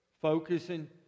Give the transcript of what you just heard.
Focusing